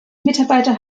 mitarbeiter